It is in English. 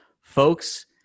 Folks